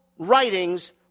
Writings